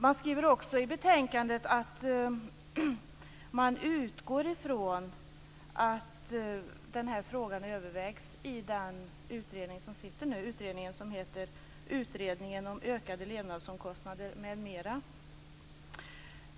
Man skriver också i betänkandet att man utgår från att den här frågan övervägs i den utredning som nu sitter, Utredningen om ökade levnadskostnader m.m.